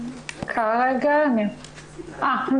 א', אני